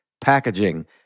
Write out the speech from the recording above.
packaging